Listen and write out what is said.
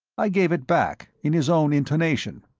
i gave it back, in his own intonation,